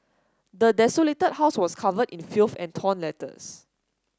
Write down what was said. the desolated house was covered in filth and torn letters